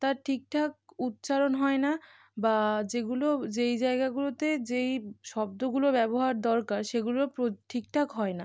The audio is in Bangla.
তার ঠিকঠাক উচ্চারণ হয় না বা যেগুলো যেই জায়গাগুলোতে যেই শব্দগুলো ব্যবহার দরকার সেগুলো প্র ঠিকঠাক হয় না